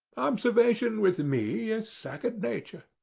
observation with me is second nature.